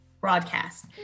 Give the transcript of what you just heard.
broadcast